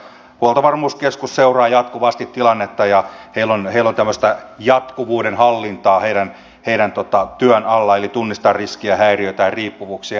huoltovarmuuskeskus seuraa jatkuvasti tilannetta ja heillä on tämmöistä jatkuvuuden hallintaa työn alla eli tunnistetaan riskejä häiriöitä tai riippuvuuksia